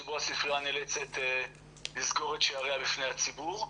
שבו הספרייה נאלצת לסגור את שעריה בפני הציבור.